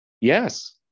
Yes